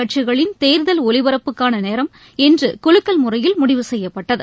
கட்சிகளின் தேர்தல் ஒலிபரப்புக்கான நேரம் இன்று குலுக்கல் முறையில் முடிவு செய்யப்பட்டகு